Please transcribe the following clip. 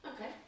Okay